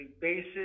basis